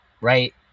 right